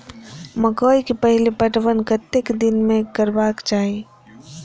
मकेय के पहिल पटवन कतेक दिन में करबाक चाही?